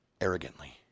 arrogantly